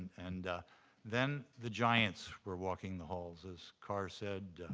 and then the giants were walking the halls, as carr said.